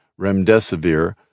Remdesivir